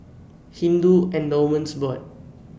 Hindu Endowments Board